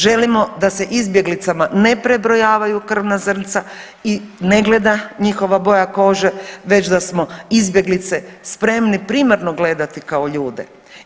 Želimo da se izbjeglicama ne prebrojavaju krvna zrnca i ne gleda njihova boja kože, već da smo izbjeglice spremni primarno gledati kao ljude.